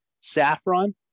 saffron